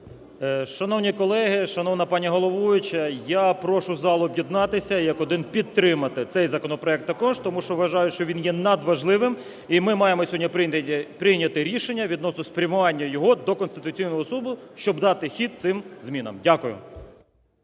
Шановні колеги, шановна пані головуюча! Я прошу зал об'єднатися і як один підтримати цей законопроект також тому, що вважаю, що він є надважливим. І ми маємо сьогодні прийняти рішення відносно спрямування його до Конституційний Суду, щоб дати хід цим змінам. Дякую.